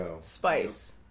spice